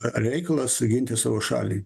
a reikalas a ginti savo šalį